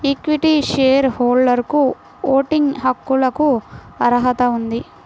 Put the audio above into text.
equity share హోల్డర్లకుఓటింగ్ హక్కులకుఅర్హత ఉంది